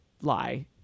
lie